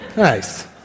Nice